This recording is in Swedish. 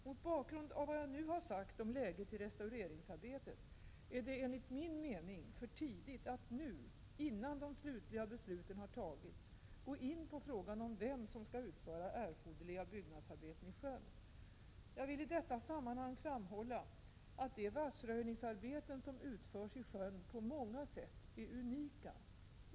Mot bakgrund av vad jag nu sagt om läget i restaureringsarbetet är det enligt min mening för tidigt att nu, innan de slutliga besluten har fattats, gå in på frågan om vem som skall utföra erforderliga byggnadsarbeten i sjön. Jag vill i detta sammanhang framhålla att de vassröjningsarbeten som utförs i sjön på många sätt är unika.